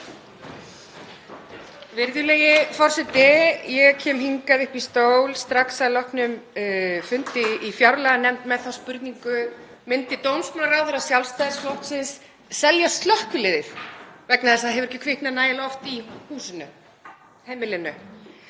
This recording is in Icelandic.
Virðulegi forseti. Ég kem hingað upp í stól strax að loknum fundi í fjárlaganefnd með þessa spurningu: Myndi dómsmálaráðherra Sjálfstæðisflokksins selja slökkviliðið vegna þess að ekki hafi kviknað nægilega oft í húsinu, heimilinu?